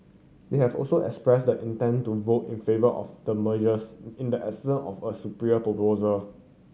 they have also expressed the intent to vote in favour of the mergers in the absence of a superior proposal